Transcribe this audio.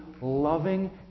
loving